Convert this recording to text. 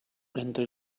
entre